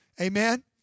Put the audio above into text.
Amen